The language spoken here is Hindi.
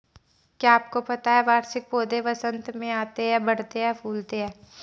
क्या आपको पता है वार्षिक पौधे वसंत में आते हैं, बढ़ते हैं, फूलते हैं?